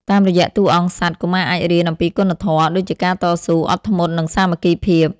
តាមរយៈតួអង្គសត្វ កុមារអាចរៀនអំពីគុណធម៌ ដូចជាការតស៊ូ អត់ធ្មត់ និងសាមគ្គីភាព។